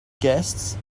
guests